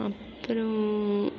அப்புறம்